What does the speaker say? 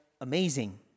amazing